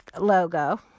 logo